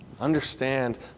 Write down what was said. Understand